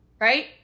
Right